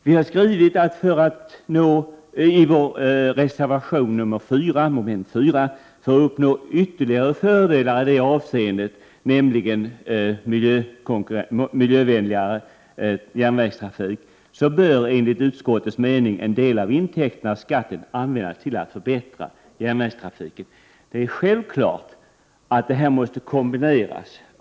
Vi har skrivit i reservation nr 4, mom. 4, att ”för att uppnå ytterligare fördelar i det avseendet” — nämligen miljövänligare järnvägstrafik — ”bör enligt utskottets mening en del av intäkterna av skatten användas till att förbättra järnvägstrafiken”. Det är självklart att detta måste kombineras.